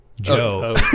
Joe